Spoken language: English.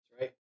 right